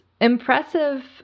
impressive